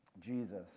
Jesus